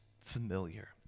familiar